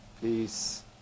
peace